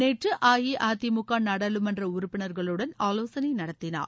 நேற்று அஇஅதிமுக நாடாளுமன்ற உறுப்பினர்களுடன் ஆலோசனை நடத்தினார்